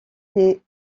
des